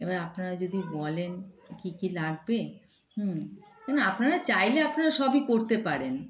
এবার আপনারা যদি বলেন কী কী লাগবে হুম কেন আপনারা চাইলে আপনারা সবই করতে পারেন